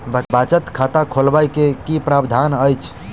बचत खाता खोलेबाक की प्रावधान अछि?